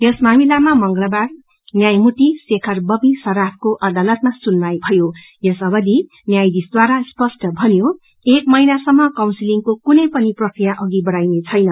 यस मामिलामा मंगलवार न्यामर्ति शेखर बबी सराफको अदालतमा सुनवाई भयो जस अवथि न्यायाधीशद्वारा स्पष्ट भनियो कि एक महिनासम काउन्सिलिङको कुनै पनि प्रक्रिया अधि बढ़ाइने छैन